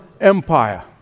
Empire